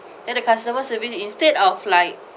then the customer service instead of like